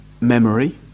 memory